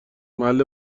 محل